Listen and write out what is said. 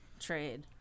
trade